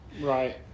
Right